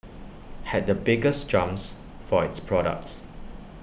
had the biggest jumps for its products